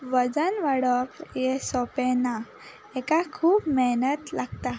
वजन वाडोवप यें सोंपें ना हाका खूब मेहनत लागता